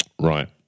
Right